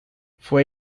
fue